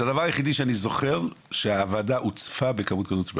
זה הדבר היחידי שאני זוכר שהוועדה הוצפה בכמות כזאת.